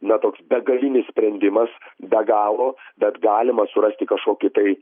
na toks begalinis sprendimas be galo bet galima surasti kažkokį tai